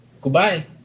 Goodbye